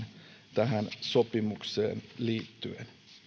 tähän sopimukseen liittyen